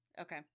okay